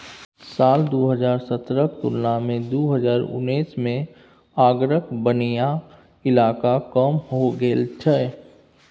साल दु हजार सतरहक तुलना मे दु हजार उन्नैस मे आगराक बनैया इलाका कम हो गेल छै